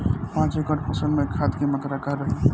पाँच एकड़ फसल में खाद के मात्रा का रही?